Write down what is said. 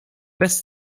bez